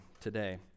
today